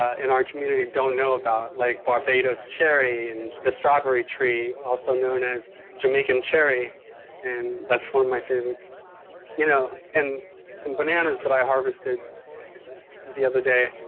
in our community don't know about like barbados cherry and the strawberry tree also known as jamaican cherry and that's one of my favorites you know and some bananas that i harvested the other day.